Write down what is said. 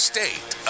State